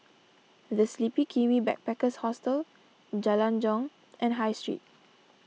the Sleepy Kiwi Backpackers Hostel Jalan Jong and High Street